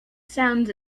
sounds